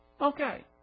Okay